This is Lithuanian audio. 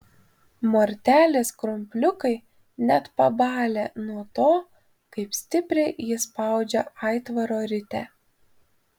mortelės krumpliukai net pabalę nuo to kaip stipriai ji spaudžia aitvaro ritę